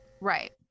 right